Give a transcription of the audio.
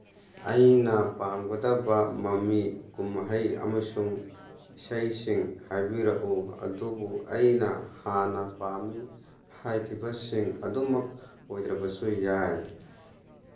ꯑꯩꯅ ꯄꯥꯝꯒꯗꯕ ꯃꯃꯤ ꯀꯨꯝꯍꯩ ꯑꯃꯁꯨꯡ ꯏꯁꯩꯁꯤꯡ ꯍꯥꯏꯕꯤꯔꯛꯎ ꯑꯗꯨꯕꯨ ꯑꯩꯅ ꯍꯥꯟꯅ ꯄꯥꯝꯃꯤ ꯍꯥꯏꯈꯤꯕꯁꯤꯡ ꯑꯗꯨꯃꯛ ꯑꯣꯏꯗ꯭ꯔꯕꯁꯨ ꯌꯥꯏ